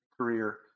career